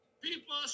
People